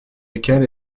lequel